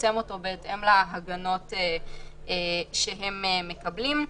לצמצם אותו בהתאם להגנות שהם מקבלים.